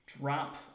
drop